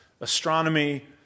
astronomy